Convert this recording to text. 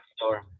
store